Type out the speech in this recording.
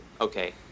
Okay